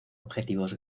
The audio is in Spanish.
objetivos